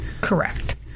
Correct